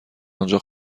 آنجا